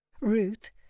Ruth